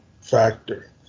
factor